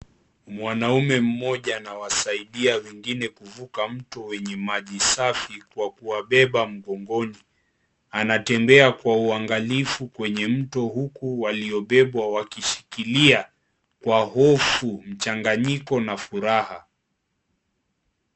Mwanaume mmoja anawasaidia wengine kuvuka mto wenye maji safi kwa kuwabeba mgongoni. Anatembea kwa uangalifu kwenye mto huku waliobebwa wakishikilia kwa hofu, mchanganyiko na furaha.